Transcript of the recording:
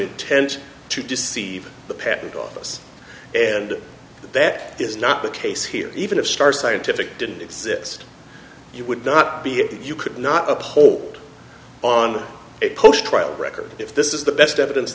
intent to deceive the patent office and that that is not the case here even of star scientific didn't exist you would not be if you could not uphold on a post trial record if this is the best evidence